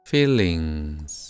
Feelings